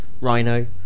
rhino